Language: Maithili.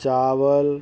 चावल